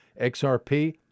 XRP